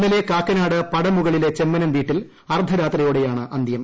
ഇന്നലെ കാക്കനാട് പടമുകളിലെ ചെമ്മനം വീട്ടിൽ അർദ്ധരാത്രിയോടെയാണ് അന്ത്യം